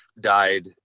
died